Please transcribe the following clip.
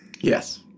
Yes